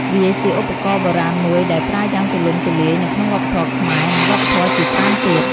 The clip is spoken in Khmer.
វាជាឧបករណ៍បុរាណមួយដែលប្រើយ៉ាងទូលំទូលាយនៅក្នុងវប្បធម៌ខ្មែរ និងវប្បធម៌ជាច្រើនទៀត។